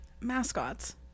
Mascots